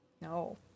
No